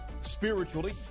spiritually